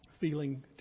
feeling